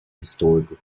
historical